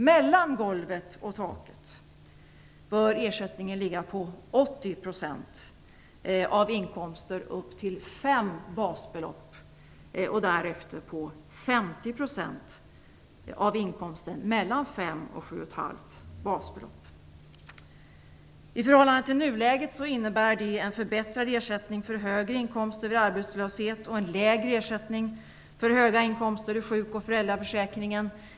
Mellan golvet och taket bör ersättningen ligga på förhållande till nuläget innebär det en förbättrad ersättning för högre inkomster vid arbetslöshet och en lägre ersättning för höga inkomster i sjuk och föräldraförsäkringen.